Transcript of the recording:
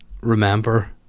remember